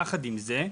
יחד עם זאת,